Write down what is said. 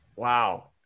Wow